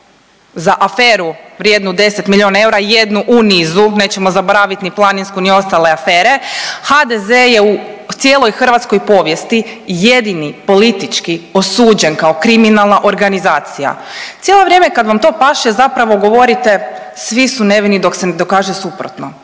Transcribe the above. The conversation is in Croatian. za aferu vrijednu 10 milijuna eura jednu u nizu. Nećemo zaboraviti ni planinsku, ni ostale afere. HDZ je u cijeloj hrvatskoj povijesti jedini politički osuđen kao kriminalna organizacija. Cijelo vrijeme kad vam to paše zapravo govorite svi su nevini dok se ne dokaže suprotno.